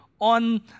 on